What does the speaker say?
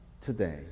today